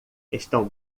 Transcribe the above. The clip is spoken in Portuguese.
estão